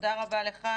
תודה רבה לך.